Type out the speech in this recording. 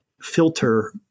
filter